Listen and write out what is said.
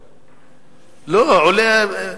5430, 5435, 5444 ו-5458.